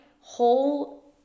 whole